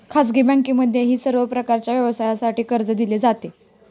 खाजगी बँकांमध्येही सर्व प्रकारच्या व्यवसायासाठी कर्ज दिले जाते